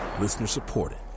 Listener-supported